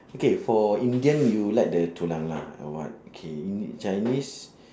okay for indian you like the tulang lah or what okay ind~ chinese